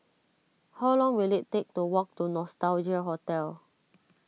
how long will it take to walk to Nostalgia Hotel